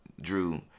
Drew